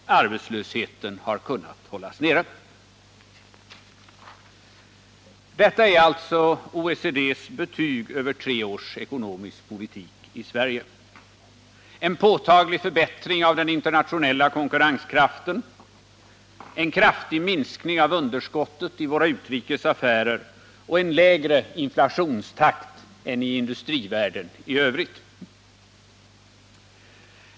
Arbetslösheten har kunnat hållas nere. Detta är alltså OECD:s betyg över tre års ekonomisk politik i Sverige: en påtaglig förbättring av den internationella konkurrenskraften, en kraftig minskning av underskottet i våra utrikes affärer och en lägre inflationstakt än i industrivärlden i genomsnitt.